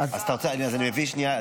שנייה,